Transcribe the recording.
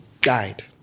died